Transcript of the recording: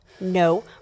No